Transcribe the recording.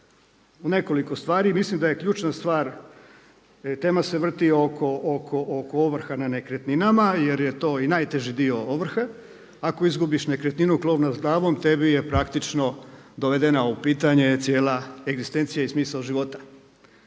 u nekoliko stvari i mislim da je ključna stvar, tema se vrti oko ovrha na nekretninama jer je to i najteži dio ovrhe. Ako izgubiš nekretninu, krov nad glavom tebi je praktično dovedena u pitanje cijela egzistencija i smisao života.